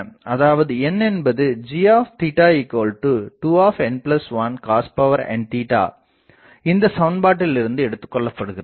அதாவது n என்பது g2n1 cosn இந்த சமண்பாட்டிலிருந்து எடுத்துக்கொள்ளப்படுகிறது